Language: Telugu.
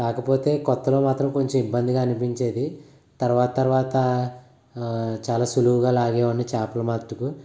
కాకపోతే కొత్తలో మాత్రం కొంచెం ఇబ్బందిగా అనిపించేది తరవాత తరవాత చాలా సులువుగా లాగేవాడిని చేపలు మట్టుకు